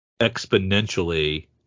exponentially